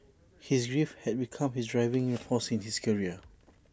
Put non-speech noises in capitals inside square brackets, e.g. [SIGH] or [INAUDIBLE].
his grief had become his driving in [NOISE] force in his career